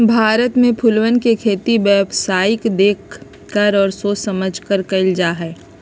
भारत में फूलवन के खेती व्यावसायिक देख कर और सोच समझकर कइल जाहई